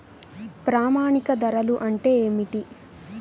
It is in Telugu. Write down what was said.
ప్రామాణిక ధరలు అంటే ఏమిటీ?